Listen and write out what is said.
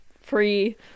free